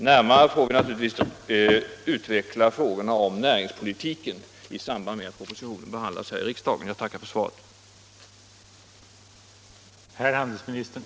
Vi får tillfälle att närmare utveckla våra synpunkter på näringspolitiken i samband med att propositionen om dessa frågor behandlas här i riksdagen. Jag ber än en gång att få tacka för svaret på min fråga.